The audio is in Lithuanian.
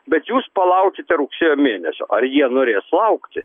bet jūs palaukite rugsėjo mėnesio ar jie norės laukti